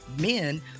men